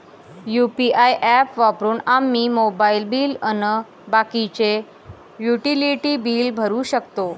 UPI app वापरून आम्ही mobile bill अन बाकीचे युटिलिटी बिल भरू शकतो